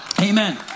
Amen